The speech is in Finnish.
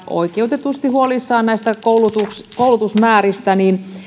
oikeutetusti huolissaan näistä koulutusmääristä